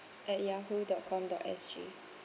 at Yahoo dot com dot S G